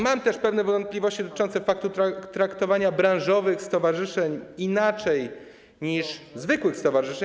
Mam też pewne wątpliwości dotyczące faktu traktowania branżowych stowarzyszeń inaczej niż zwykłych stowarzyszeń.